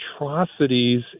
atrocities